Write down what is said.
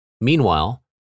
Meanwhile